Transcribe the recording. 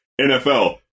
NFL